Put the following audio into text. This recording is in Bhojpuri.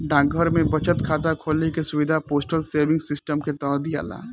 डाकघर में बचत खाता खोले के सुविधा पोस्टल सेविंग सिस्टम के तहत दियाला